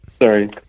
Sorry